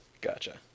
Gotcha